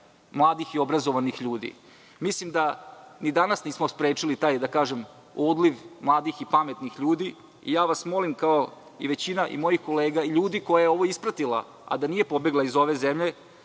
mladih i obrazovanih ljudi. Mislim da ni danas nismo sprečili taj odliv mladih i pametnih ljudi i molim vas kao i većina mojih kolega i ljudi koji su ovo ispratili, a da nisu pobegli iz ove zemlje